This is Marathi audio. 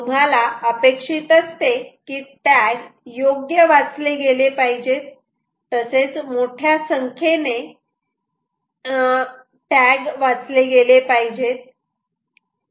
तुम्हाला अपेक्षित असते कि टॅग योग्य वाचले गेले पाहिजेत तसेच मोठ्या संख्येने मध्ये टॅग वाचले गेले पाहिजेत